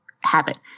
habit